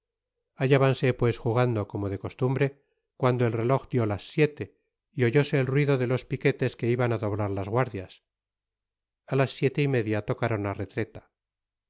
él haltábanse pues jugando como de costumbre cuando el reloj dió las siete y oyóse el ruido de los piquetes que iban á doblar las guardias a las siete y media tocaron la retreta